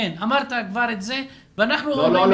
כבר אמרת את זה ואנחנו אומרים את זה.